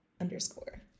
underscore